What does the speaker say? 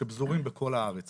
שמפוזרים בכל הארץ